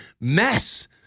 mess